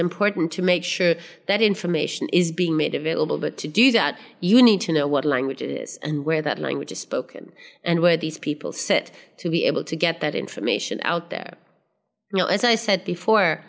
important to make sure that information is being made available but to do that you need to know what language it is and where that language is spoken and where these people sit to be able to get that information out there now as i said before